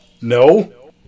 No